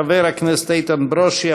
חבר הכנסת איתן ברושי,